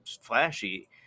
flashy